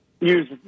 use